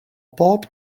bob